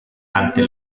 ante